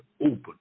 open